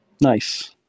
Nice